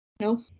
No